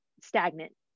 stagnant